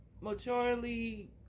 maturely